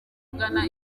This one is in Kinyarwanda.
ugana